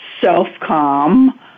self-calm